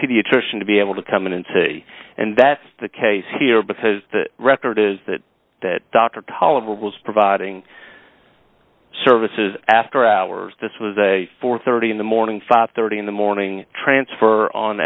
pediatrician to be able to come in and see and that's the case here because the record is that that doctor tolerable for providing services after hours this was a four thirty in the morning five thirty in the morning transfer on